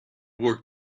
work